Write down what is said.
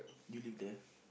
you live there